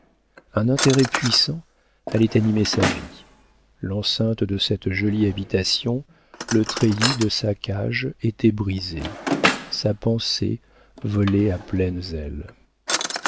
un intérêt puissant allait animer sa vie l'enceinte de cette jolie habitation le treillis de sa cage était brisé sa pensée volait à pleines ailes